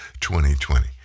2020